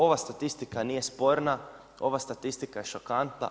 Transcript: Ova statistika nije sporna, ova statistika je šokantna.